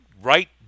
right